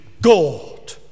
God